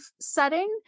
setting